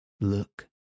Look